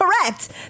correct